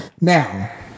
Now